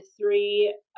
three